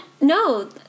no